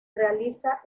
realiza